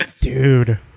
Dude